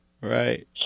Right